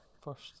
first